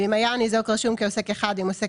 ואם היה הניזוק רשום כעוסק אחד עם עוסק